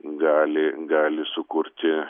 gali gali sukurti